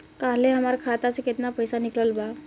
काल्हे हमार खाता से केतना पैसा निकलल बा?